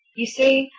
you see,